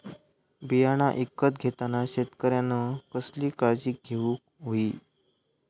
बियाणा ईकत घेताना शेतकऱ्यानं कसली काळजी घेऊक होई?